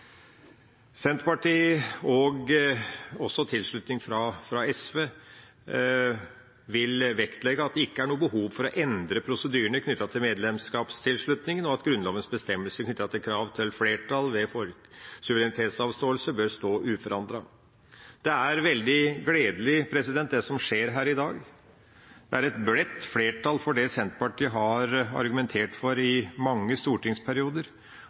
Senterpartiet vil – også med tilslutning fra SV – vektlegge at det ikke er noe behov for å endre prosedyrene knyttet til medlemskapstilslutningen, og at Grunnlovens bestemmelser knyttet til krav til flertall ved suverenitetsavståelse bør stå uforandret. Det er veldig gledelig, det som skjer her i dag. Det er et bredt flertall for det Senterpartiet har argumentert for i mange stortingsperioder,